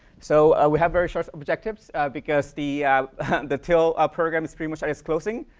so, ah we have very short objectives because the the till, our program is pretty much at its closing.